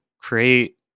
create